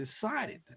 decided